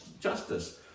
justice